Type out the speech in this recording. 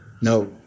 No